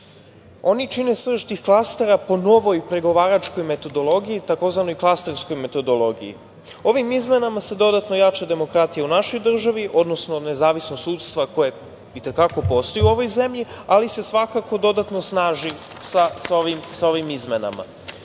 Oni čine srž tih klastera po novoj pregovaračkoj metodologiji, tzv. klasterskoj metodologiji. Ovim izmenama se dodatno jača demokratija u našoj državi, odnosno nezavisnost sudstva koje i te kako postoji u ovoj zemlji, ali se svakako dodatno snaži sa ovim izmenama,